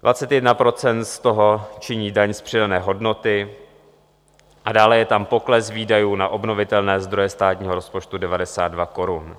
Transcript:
Dvacet jedna procent z toho činí daň z přidané hodnoty a dále je tam pokles výdajů na obnovitelné zdroje státního rozpočtu 92 korun.